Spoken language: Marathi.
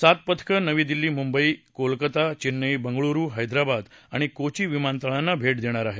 सात पथक नवी दिल्ली मुंबई कोलकाता चेन्नई बेंगळुरू हैदराबाद आणि कोची विमानतळांना भेट देणार आहेत